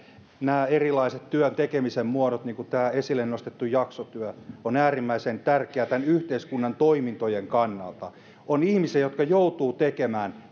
nämä erilaiset työn tekemisen muodot niin kuin tämä esille nostettu jaksotyö ovat äärimmäisen tärkeitä yhteiskunnan toimintojen kannalta on ihmisiä jotka joutuvat tekemään